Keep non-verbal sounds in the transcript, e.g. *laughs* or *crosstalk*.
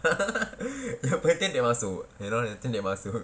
*laughs* later they masuk I think they masuk